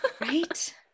right